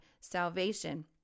salvation